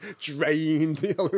drained